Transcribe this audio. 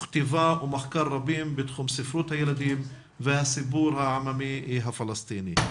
כתיבה ומחקר רבים בתחום ספרות הילדים והסיפור העממי הפלסטיני.